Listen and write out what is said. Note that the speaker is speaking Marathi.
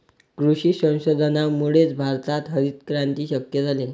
कृषी संशोधनामुळेच भारतात हरितक्रांती शक्य झाली